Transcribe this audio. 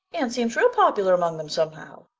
anne seems real popular among them, somehow.